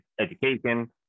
education